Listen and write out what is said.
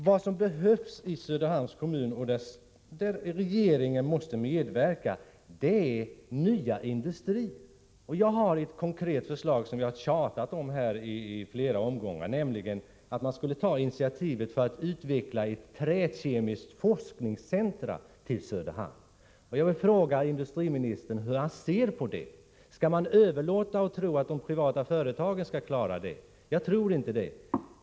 Vad som behövs i Söderhamns kommun och som kräver regeringens medverkan är nya industrier. Jag har ett konkret förslag, som jag har tjatat om i flera omgångar, nämligen att man skulle ta initiativ för att utveckla ett Jag vill fråga industriministern hur han ser på detta. Skall man överlåta detta till de privata företagen att klara av? Jag tror inte det.